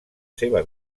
seva